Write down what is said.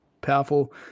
Powerful